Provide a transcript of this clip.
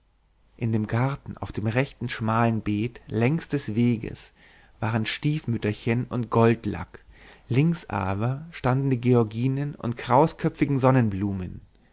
in dem garten auf dem rechten schmalen beet längs des weges waren stiefmütterchen und goldlack links aber standen die georginen und krausköpfigen sonnenblumen